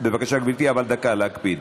בבקשה, גברתי, אבל דקה, להקפיד.